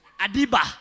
Adiba